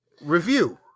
Review